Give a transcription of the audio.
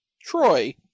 Troy